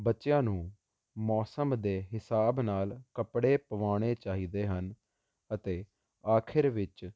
ਬੱਚਿਆਂ ਨੂੰ ਮੌਸਮ ਦੇ ਹਿਸਾਬ ਨਾਲ ਕੱਪੜੇ ਪਵਾਉਣੇ ਚਾਹੀਦੇ ਹਨ ਅਤੇ ਆਖਿਰ ਵਿੱਚ